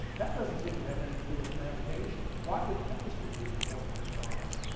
that doesn't seem to have anything to do with navigation. why would chemistry be important to charles?